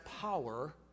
power